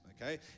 okay